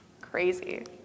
Crazy